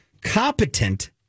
competent